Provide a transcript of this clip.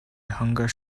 hunger